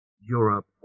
Europe